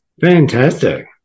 fantastic